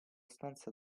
stanza